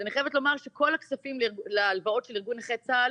ואני חייבת לומר שכל הכספים להלוואות של נכי צה"ל